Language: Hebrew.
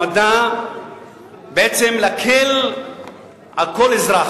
נועדה בעצם להקל על כל אזרח,